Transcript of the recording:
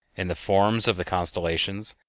in the forms of the constellations,